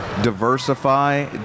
Diversify